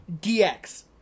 DX